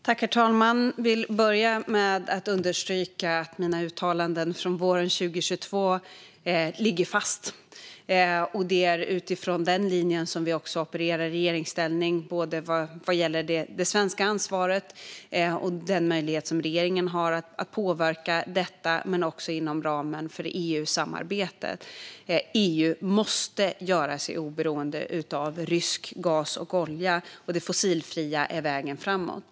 Herr talman! Jag vill börja med att understryka att mina uttalanden från våren 2022 ligger fast. Det är också utifrån denna linje som vi opererar i regeringsställning när det gäller det svenska ansvaret och den möjlighet som regeringen har att påverka detta samt inom ramen för EU-samarbetet. EU måste göra sig oberoende av rysk gas och olja, och det fossilfria är vägen framåt.